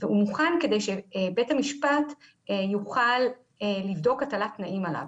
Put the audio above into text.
הוא מוכן כדי שבית המשפט יוכל לבדוק התלת תנאים עליו.